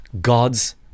God's